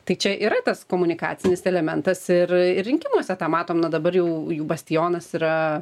tai čia yra tas komunikacinis elementas ir ir rinkimuose tą matom na dabar jau jų bastionas yra